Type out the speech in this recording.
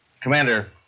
Commander